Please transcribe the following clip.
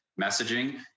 messaging